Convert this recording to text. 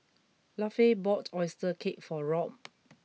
Lafe bought Oyster Cake for Rob